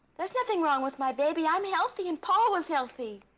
there's nothing wrong with my baby. i'm healthy and paul was healthy